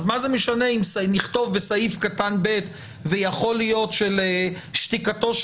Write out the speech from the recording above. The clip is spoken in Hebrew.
אז מה זה משנה אם נכתוב בסעיף קטן (ב) שיכול להיות שלשתיקתו של